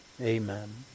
Amen